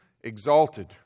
exalted